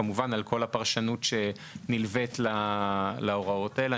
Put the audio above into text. כמובן על כל הפרשנות שנלווית להוראות האלה.